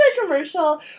commercial